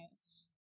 nice